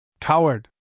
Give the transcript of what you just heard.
Coward